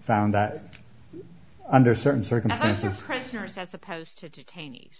found that under certain circumstances prisoners as opposed to detainees